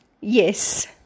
Yes